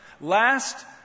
Last